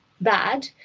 bad